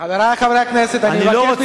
חברי חברי הכנסת, אני מבקש לשמור על השקט.